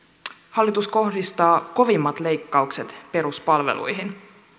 hallitus kohdistaa kovimmat leikkaukset peruspalveluihin